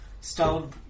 Stone